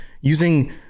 using